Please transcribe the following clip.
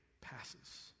passes